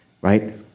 right